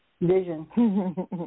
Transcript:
Vision